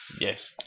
Yes